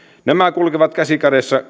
nämä kulkevat käsi kädessä